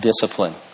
discipline